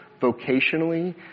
vocationally